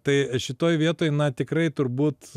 tai šitoj vietoj na tikrai turbūt